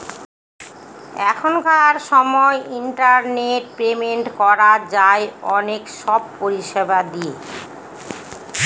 এখনকার সময় internet payment করা যায় অনেক সব পরিষেবা দিয়ে